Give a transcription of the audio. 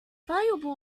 valuable